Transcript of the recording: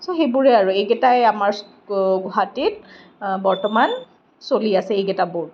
চ' সেইবোৰেই আৰু এইকেইটাই আমাৰ গুৱাহাটীত বৰ্তমান চলি আছে এইকেইটা বোৰ্ড